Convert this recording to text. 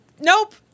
nope